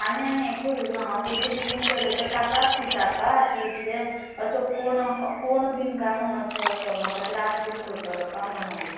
आनी आनी हें करूं ना हांव बेगीन बेगीन गेलें तें काकाक विचारपाक खातीर किदें असो कोण कोण बीन काय म्हणोन तो असो म्हाका ते त्रास बीन करतलो काय म्हणोन